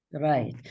Right